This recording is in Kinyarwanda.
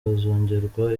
hazongerwa